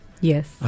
Yes